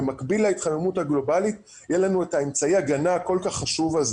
במקביל להתחממות הגלובלית יהיה לנו את אמצעי ההגנה הכול כך חשוב הזה